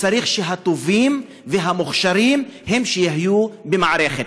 צריך שהטובים והמוכשרים יהיו במערכת,